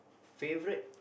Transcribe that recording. favourite